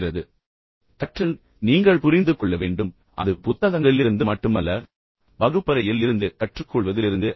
எனவே கற்றல் முதலில் நீங்கள் புரிந்து கொள்ள வேண்டும் அது புத்தகங்களிலிருந்து மட்டுமல்ல நீங்கள் வகுப்பறையில் இருந்து கற்றுக்கொள்வதிலிருந்து அல்ல